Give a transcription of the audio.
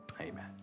Amen